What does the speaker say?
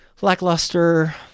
lackluster